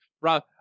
Rob